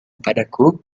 padaku